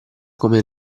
come